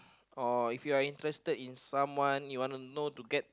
or if you're interested in someone you wana know to get